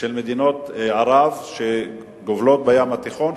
של מדינות ערב שגובלות בים התיכון.